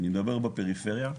בפריפריה.